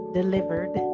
delivered